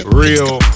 real